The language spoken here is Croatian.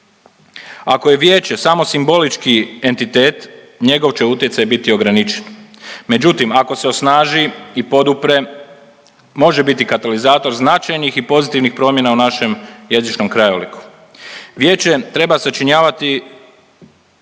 Ako je vijeće samo simbolički entitet, njegov će utjecaj biti ograničen. Međutim, ako se osnaži i podupre, može biti katalizator značajnih i pozitivnih promjena u našem jezičnom krajoliku. Vijeće treba sačinjavati